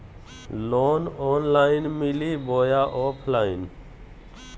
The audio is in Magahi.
लोन ऑनलाइन मिली बोया ऑफलाइन?